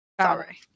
Sorry